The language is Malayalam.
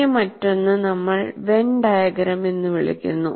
പിന്നെ മറ്റൊന്ന് നമ്മൾ വെൻ ഡയഗ്രം എന്ന് വിളിക്കുന്നു